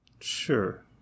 Sure